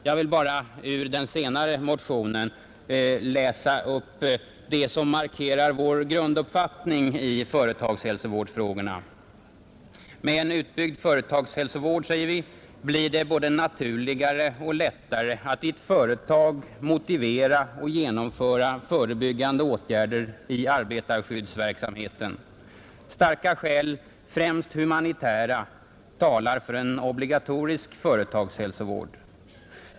Jag vill bara ur den senare motionen läsa upp det som markerar vår grunduppfattning i företagshälsovårdsfrågorna: ”Med en utbyggd företaghälsovård blir det både naturligare och lättare att i ett företag motivera och genomföra förebyggande åtgärder i arbetarskyddsverksamheten. ——— Starka skäl, främst humanitära, talar för en obligatorisk företagshälsovård även i vårt land.